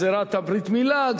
גזירת הברית-מילה,